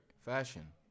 Fashion